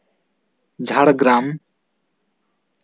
Jhargram